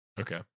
Okay